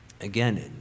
Again